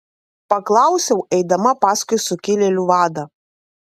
paklausiau eidama paskui sukilėlių vadą